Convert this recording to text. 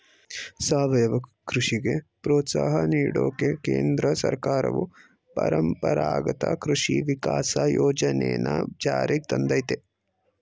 ಸಾವಯವ ಕೃಷಿಗೆ ಪ್ರೋತ್ಸಾಹ ನೀಡೋಕೆ ಕೇಂದ್ರ ಸರ್ಕಾರವು ಪರಂಪರಾಗತ ಕೃಷಿ ವಿಕಾಸ ಯೋಜನೆನ ಜಾರಿಗ್ ತಂದಯ್ತೆ